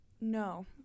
No